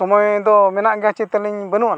ᱥᱚᱢᱚᱭ ᱫᱚ ᱢᱮᱱᱟᱜ ᱜᱮᱭᱟ ᱪᱮ ᱛᱟᱹᱞᱤᱝ ᱵᱟᱹᱱᱩᱜ ᱟᱱᱟ